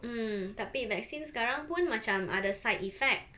mm tapi vaccine sekarang pun macam ada side effect